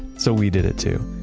so we did it too.